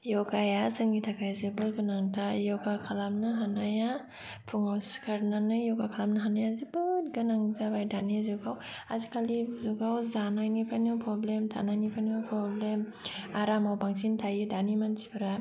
य'गाया जोंनि थाखाय जोबोत गोनांथार य'गा खालामनो हानाया फुंआव सिखारनानै य'गा खालामनो हानाया जोबोत गोनां जाबाय दानि जुगाव आजि खालि जुगाव जानायनि फ्रायनो प्रब्लेम थानायनि फ्रायनो प्रब्लेम आरामआव बांसिन थायो दानि मानसि फोरा